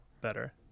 better